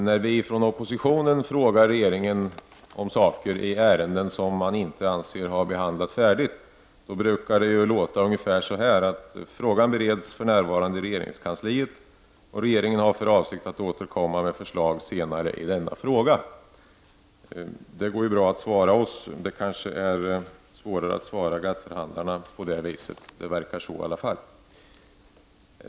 När vi från oppositionen frågar regeringen om saker i ärenden som regeringen inte anser sig ha behandlat färdigt brukar det låta ungefär så här: ”Frågan bereds för närvarande i regeringskansliet, och regeringen har för avsikt att i denna fråga återkomma med förslag senare.” Detta går bra att svara oss i oppositionen, men det kanske är svårare att ge samma svar till GATT-förhandlarna. Det verkar i varje fall som om det var fallet.